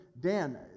Dan